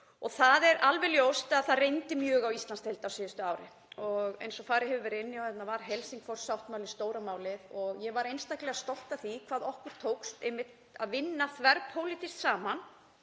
Það er alveg ljóst að það reyndi mjög á Íslandsdeild á síðasta ári og eins og farið hefur verið inn á hér var Helsingfors-sáttmálinn stóra málið. Ég var einstaklega stolt af því hvað okkur tókst einmitt að vinna þverpólitískt saman.